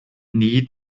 nie